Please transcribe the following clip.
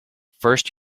first